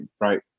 right